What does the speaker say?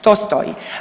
To stoji.